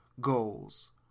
goals